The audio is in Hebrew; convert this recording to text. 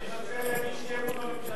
אני מציע להגיש אי-אמון בממשלה,